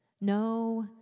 No